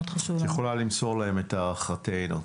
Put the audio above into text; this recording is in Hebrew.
את יכולה למסור להם את הערכתנו.